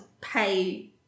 pay